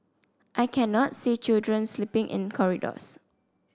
I cannot see children sleeping in corridors